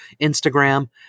Instagram